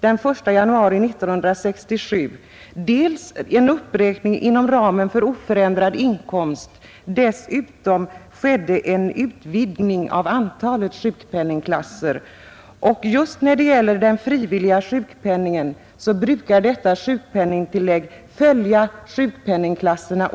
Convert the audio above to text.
Det gjordes en uppräkning inom ramen för oförändrad inkomst, och dessutom skedde en utvidgning av antalet sjukpenningklasser. Just när det gäller den frivilliga sjukpenningen brukar detta sjukpenningtillägg följa ändring av sjukpenningklasserna.